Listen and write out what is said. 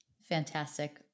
Fantastic